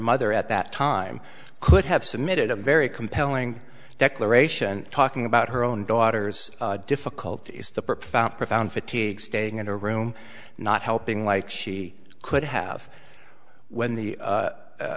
mother at that time could have submitted a very compelling declaration talking about her own daughter's difficult is the profound profound fatigue staying in her room not helping like she could have when the